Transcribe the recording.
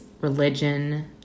religion